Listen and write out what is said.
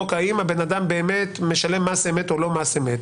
האם האדם באמת משלם מס אמת או לא מס אמת,